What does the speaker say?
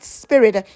spirit